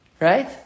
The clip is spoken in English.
Right